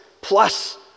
plus